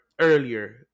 earlier